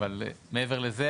אבל,